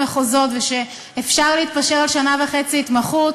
המחוזות ושאפשר להתפשר על שנה וחצי התמחות,